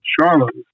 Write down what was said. Charlotte